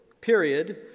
period